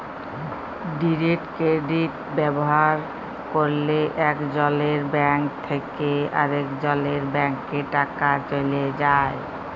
direct credit ব্যাভার ক্যরলে একজলের ব্যাংক থ্যাকে আরেকজলের ব্যাংকে টাকা চ্যলে যায়